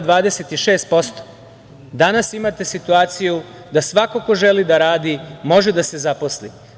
Danas imate situaciju da svako ko želi da radi može da se zaposli.